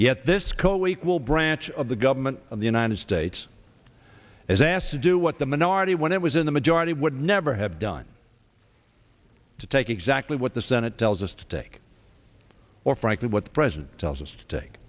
yet this co equal branch of the government of the united states is asked to do what the minority when it was in the majority would never have done to take exactly what the senate tells us to take or frankly what the president tells us